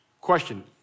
Question